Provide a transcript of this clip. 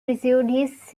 received